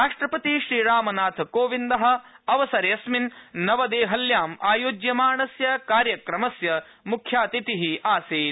राष्ट्रपति श्रीरामनाथकोविन्द अवसरेऽस्मिन नवदेह्ल्यां आयोज्यमाणस्य कार्यक्रमस्य मुख्यातिथि आसीत